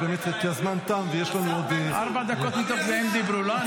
עזוב עכשיו.